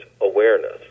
awareness